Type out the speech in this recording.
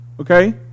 okay